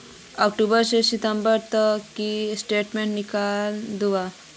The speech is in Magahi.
अक्टूबर से दिसंबर तक की स्टेटमेंट निकल दाहू?